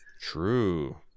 True